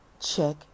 check